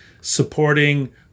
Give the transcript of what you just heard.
supporting